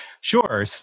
sure